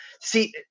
see